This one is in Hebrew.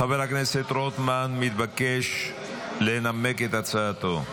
חבר הכנסת רוטמן מתבקש לנמק את הצעתו.